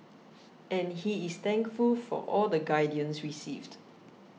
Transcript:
and he is thankful for all the guidance received